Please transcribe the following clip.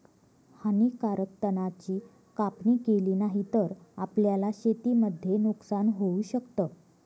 हानीकारक तणा ची कापणी केली नाही तर, आपल्याला शेतीमध्ये नुकसान होऊ शकत